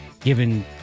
given